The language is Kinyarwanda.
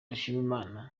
dushimimana